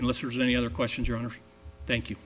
unless there's any other questions your honor thank you